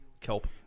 Kelp